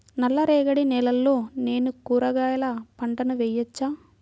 నల్ల రేగడి నేలలో నేను కూరగాయల పంటను వేయచ్చా?